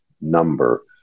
number